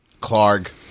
Clark